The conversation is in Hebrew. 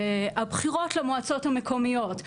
הבחירות למועצות המקומיות.